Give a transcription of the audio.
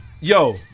yo